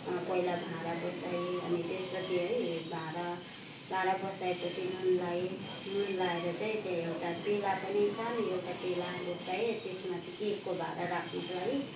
पहिला भाँडा बसाएँ अनि त्यसपछि है भाँडा बसाएपछि नुन लाएँ नुन लाएर चाहिँ त्यहाँ एउटा प्याला पनि सानो एउटा प्याला घोप्टाएँ त्यसमाथि केकको भाँडा राख्नुको लागि